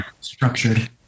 structured